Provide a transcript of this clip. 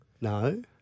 No